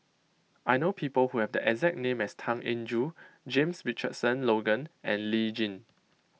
I know people who have the exact name as Tan Eng Joo James Richardson Logan and Lee Tjin